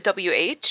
WH